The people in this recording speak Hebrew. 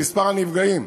במספר הנפגעים.